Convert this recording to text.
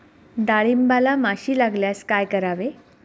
डाळींबाला माशी लागल्यास काय करावे?